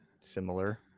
similar